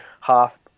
half